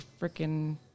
freaking